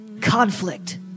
conflict